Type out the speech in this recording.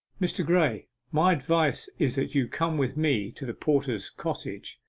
mr. graye, my advice is that you come with me to the porter's cottage,